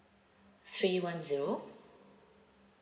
three one zero